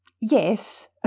Yes